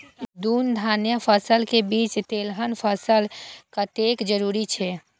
दू धान्य फसल के बीच तेलहन फसल कतेक जरूरी छे?